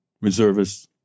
Reservists